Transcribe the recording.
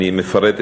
אני מפרט,